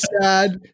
sad